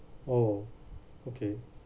oh okay